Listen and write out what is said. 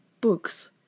books